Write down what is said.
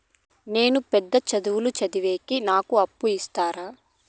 నేను పెద్ద చదువులు చదివేకి నాకు అప్పు ఇస్తారా